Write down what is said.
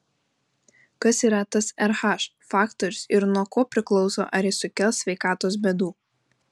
kas yra tas rh faktorius ir nuo ko priklauso ar jis sukels sveikatos bėdų